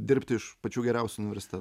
dirbti iš pačių geriausių universite